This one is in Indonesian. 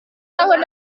tahun